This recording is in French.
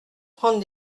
prendre